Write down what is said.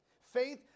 Faith